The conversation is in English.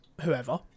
whoever